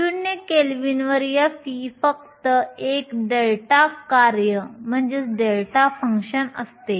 0 kelvin वर f फक्त एक डेल्टा कार्य असते